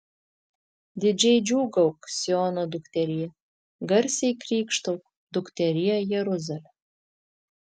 didžiai džiūgauk siono dukterie garsiai krykštauk dukterie jeruzale